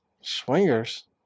Swingers